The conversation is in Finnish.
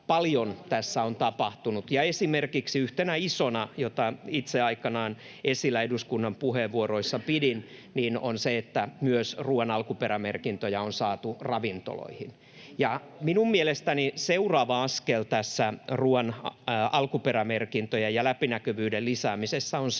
paljon tässä on tapahtunut, ja esimerkiksi yhtenä isona asiana, jota itse aikanaan pidin esillä eduskunnan puheenvuoroissa, on se, että myös ruuan alkuperämerkintöjä on saatu ravintoloihin. Minun mielestäni seuraava askel tässä ruuan alkuperämerkintöjen ja läpinäkyvyyden lisäämisessä on se,